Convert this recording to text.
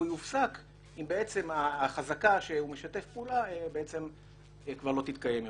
והוא יופסק אם החזקה שהוא משתף פעולה כבר לא תתקיים יותר.